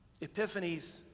Epiphanies